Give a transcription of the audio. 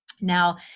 now